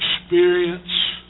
experience